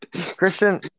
Christian